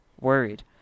worried